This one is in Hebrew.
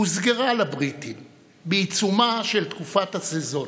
הוסגרה לבריטים בעיצומה של תקופת הסזון.